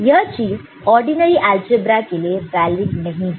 यह चीज ordinary algebra के लिए वैलिड नहीं है